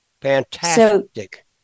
Fantastic